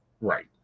Right